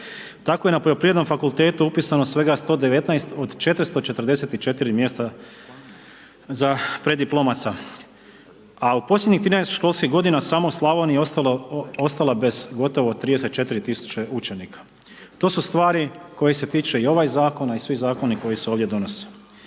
Tako je na Poljoprivrednom fakultetu upisano svega 119 od 444 mjesta za preddiplomaca. A u posljednjih 13 školskih godina samo u Slavoniji ostalo ostala bez gotovo 34 tisuće učenika. To su stvari koje se tiče i ovaj zakon, a i svi zakoni koji se ovdje donose.